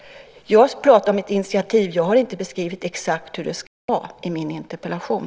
Jag pratar om ett initiativ. Jag har inte beskrivit exakt hur det ska vara i min interpellation.